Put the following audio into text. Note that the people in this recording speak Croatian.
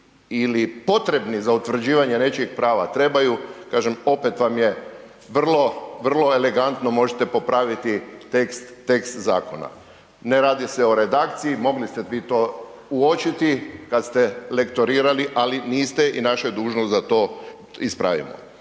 ili potrebni za utvrđivanje nečijeg prava, trebaju kažem opet vam je vrlo elegantno možete popraviti tekst zakona. Ne radi se o redakciji, mogli ste vi to uočiti kad ste lektorirali ali niste i naša je dužnost da to ispravimo.